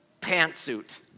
pantsuit